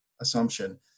assumption